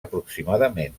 aproximadament